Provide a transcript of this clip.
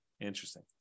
interesting